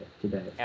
today